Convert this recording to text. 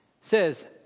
says